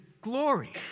glory